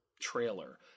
trailer